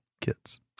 kids